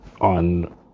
on